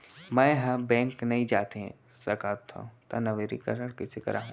मैं ह बैंक नई जाथे सकंव त नवीनीकरण कइसे करवाहू?